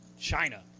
China